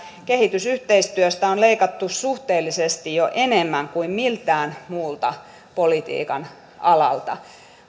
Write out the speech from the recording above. kehitysyhteistyöstä on leikattu suhteellisesti jo enemmän kuin miltään muulta politiikan alalta